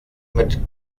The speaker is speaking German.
mit